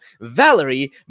Valerie